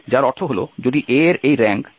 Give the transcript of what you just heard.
যার অর্থ হল যদি A এর এই র্যাঙ্ক A